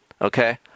Okay